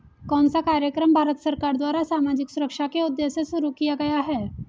कौन सा कार्यक्रम भारत सरकार द्वारा सामाजिक सुरक्षा के उद्देश्य से शुरू किया गया है?